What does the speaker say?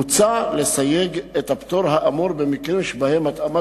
מוצע לסייג את הפטור האמור במקרים שבהם התאמת